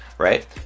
Right